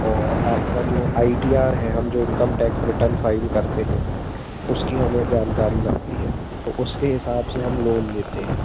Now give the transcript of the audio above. और आपका जो आई टी आर है हम जो इंकम टैक्स रिटर्न फ़ाइल करते हैं उसकी हमें जानकारी लगती है तो उसके हिसाब से हम लोन लेते हैं